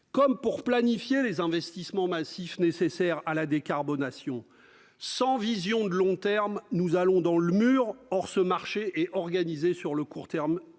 que de planifier les investissements massifs supposés par la décarbonation. Sans vision de long terme, nous allons dans le mur. Or ce marché est organisé sur le court terme